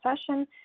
session